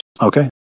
Okay